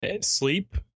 sleep